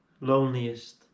loneliest